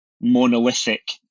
monolithic